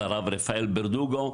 של הרב רפאל בירדוגו,